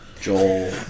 Joel